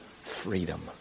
freedom